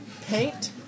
Paint